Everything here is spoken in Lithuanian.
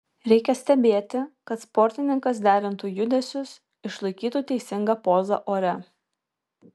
reikia stebėti kad sportininkas derintų judesius išlaikytų teisingą pozą ore